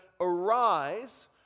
Arise